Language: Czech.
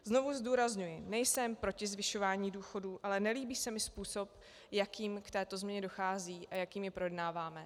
Znovu zdůrazňuji, nejsem proti zvyšování důchodů, ale nelíbí se mi způsob, jakým k této změně dochází a jakým ji projednáváme.